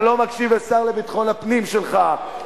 אתה לא מקשיב לשר לביטחון הפנים שלך.